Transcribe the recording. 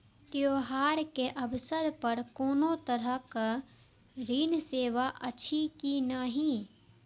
त्योहार के अवसर पर कोनो तरहक ऋण सेवा अछि कि नहिं?